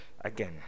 again